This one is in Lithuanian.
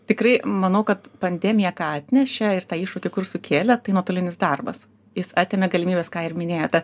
tikrai manau kad pandemija atnešė ir tą iššūkį kur sukėlė tai nuotolinis darbas jis atėmė galimybes ką ir minėjote